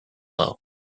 low